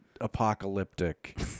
Apocalyptic